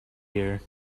year